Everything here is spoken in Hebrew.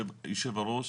אדוני היו"ר,